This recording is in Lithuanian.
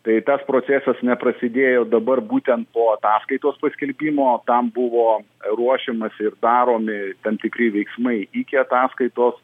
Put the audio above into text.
tai tas procesas neprasidėjo dabar būtent po ataskaitos paskelbimo tam buvo ruošiamasi ir daromi tam tikri veiksmai iki ataskaitos